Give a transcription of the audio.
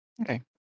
okay